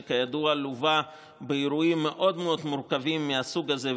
שכידוע לווה באירועים מאוד מאוד מורכבים מהסוג הזה,